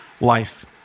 life